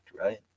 right